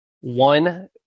one